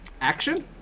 Action